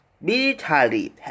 military